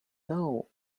low